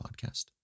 podcast